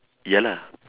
ya lah